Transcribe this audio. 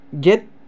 get